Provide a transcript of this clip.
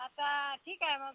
आता ठीक आहे मग